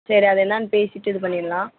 சரி அது என்னன்னு பேசிட்டு இது பண்ணிடலாம்